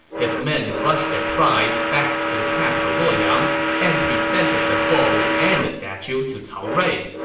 his men rushed their prize back to the capital luoyang and presented the bowl and the statue to cao rui.